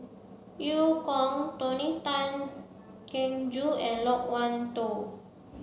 Eu Kong Tony Tan Keng Joo and Loke Wan Tho